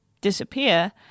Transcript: disappear